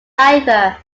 either